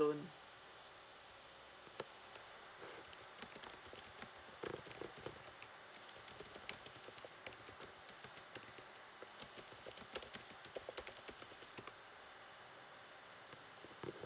loan